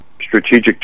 strategic